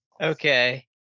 Okay